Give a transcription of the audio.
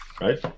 right